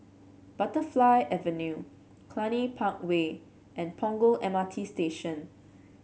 Butterfly Avenue Cluny Park Way and Punggol M R T Station